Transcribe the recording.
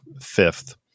fifth